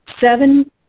seven